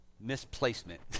Misplacement